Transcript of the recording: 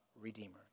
redeemer